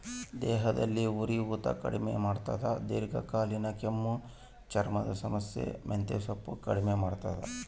ದೇಹದಲ್ಲಿ ಉರಿಯೂತ ಕಡಿಮೆ ಮಾಡ್ತಾದ ದೀರ್ಘಕಾಲೀನ ಕೆಮ್ಮು ಚರ್ಮದ ಸಮಸ್ಯೆ ಮೆಂತೆಸೊಪ್ಪು ಕಡಿಮೆ ಮಾಡ್ತಾದ